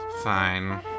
Fine